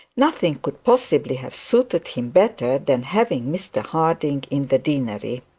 nothing could possibly have suited him better than having mr harding in the deanery.